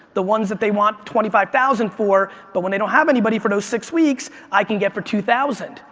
the ones that they want twenty five thousand dollars for but when they don't have anybody for those six weeks, i can get for two thousand